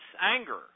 anger